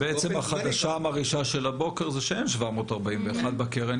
אז בעצם החדשה המרעישה של הבוקר זה שאין 741 בקרן,